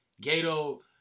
Gato